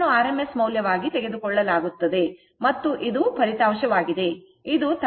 ಇದನ್ನು rms ಮೌಲ್ಯವಾಗಿ ತೆಗೆದುಕೊಳ್ಳಲಾಗುತ್ತದೆ ಮತ್ತು ಇದು ಫಲಿತಾಂಶವಾಗಿದೆ ಇದು 13